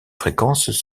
fréquences